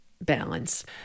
balance